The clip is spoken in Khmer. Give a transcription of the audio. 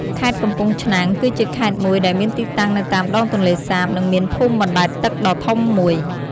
ខេត្តកំពង់ឆ្នាំង គឺជាខេត្តមួយដែលមានទីតាំងនៅតាមដងទន្លេសាប និងមានភូមិបណ្ដែតទឹកដ៏ធំមួយ។